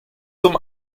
zum